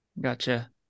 Gotcha